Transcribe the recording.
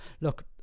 look